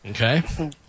Okay